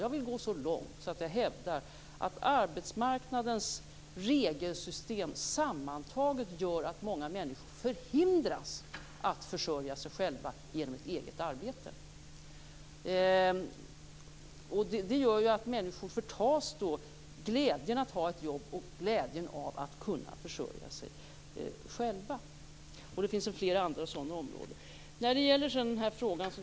Jag vill gå så långt att jag hävdar att arbetsmarknadens regelsystem sammantaget gör att många människor förhindras att försörja sig genom eget arbete. Detta förtar människors glädje över att ha ett jobb och över att själva kunna försörja sig. Flera områden kan nämnas.